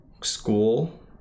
school